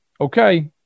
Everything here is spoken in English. okay